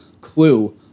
clue